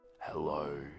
Hello